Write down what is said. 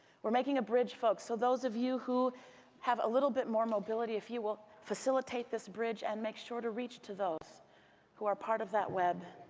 we're making a bridge, folks, so those of you who have a little bit more mobility, if you will facilitate this bridge and make sure to reach to those who are part of that web.